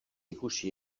ikusi